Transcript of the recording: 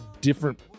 different